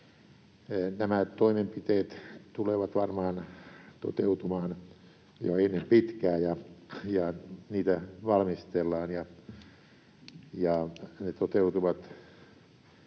Nämä toimenpiteet tulevat varmaan toteutumaan jo ennen pitkää, ja niitä valmistellaan, ja ne toteutuvat.